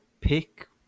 pick